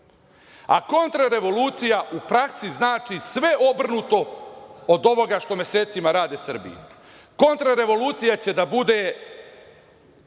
A kontrarevolucija u praksi znači sve obrnuto od ovoga što mesecima rade Srbiji. Kontrarevolucija će da bude